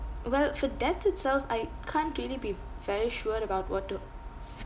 well for debt itself I can't really be very sure about what to